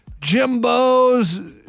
Jimbo's